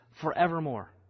forevermore